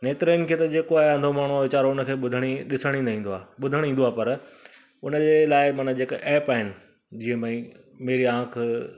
नेत्रहिन खे त जेको आहे अंधो माण्हू वेचारो उनखे ॿुधण ई ॾिसण ई न ईंदो आहे ॿुधण ईंदो आहे पर उनजे लाइ माना जेका एप आहिनि जीअं भाई मेरी आंख